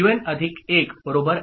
Qn1 S R'